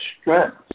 strength